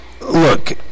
Look